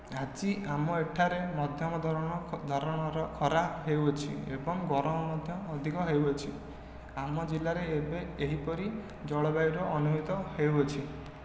ଆଜି ଆମ ଏଠାରେ ମଧ୍ୟମ ଧରଣ ଧରଣର ଖରା ହେଉଅଛି ଏବଂ ଗରମ ମଧ୍ୟ ଅଧିକ ହେଉଅଛି ଆମ ଜିଲ୍ଲାରେ ଏବେ ଏହିପରି ଜଳବାୟୁର ଅନୁଭୂତ ହେଉଅଛି